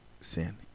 sin